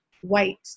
white